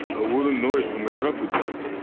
ah wouldn't know it from a traffic light.